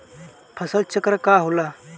फसल चक्र का होला?